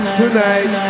tonight